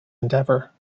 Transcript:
endeavor